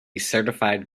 certified